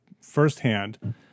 firsthand